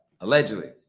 allegedly